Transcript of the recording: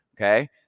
Okay